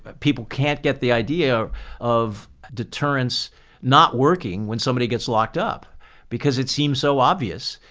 people can't get the idea of deterrence not working when somebody gets locked up because it seems so obvious.